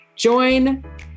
Join